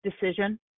decision